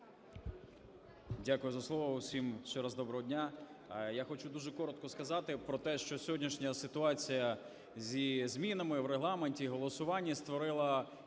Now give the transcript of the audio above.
Дякую за слово. Усім ще раз доброго дня! Я хочу дуже коротко сказати про те, що сьогоднішня ситуація зі змінами в Регламенті в голосуванні створила